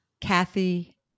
Kathy